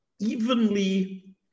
evenly